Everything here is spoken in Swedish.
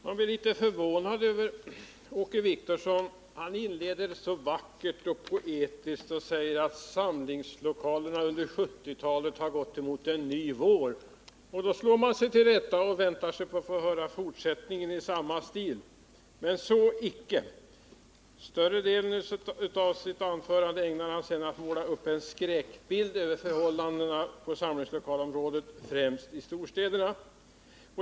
Herr talman! Åke Wictorsson inledde sitt anförande så vackert och poetiskt med att säga att samlingslokalerna under 1970-talet har gått mot en ny vår. Jag slog mig till rätta och väntade på en fortsättning i samma stil. Med förvåning kunde jag konstatera att så icke blev fallet. Större delen av sitt anförande ägnade sig Åke Wictorsson åt att måla upp en skräckbild av förhållandena på samlingslokalsområdet, främst i storstäderna.